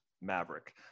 Maverick